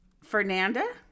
Fernanda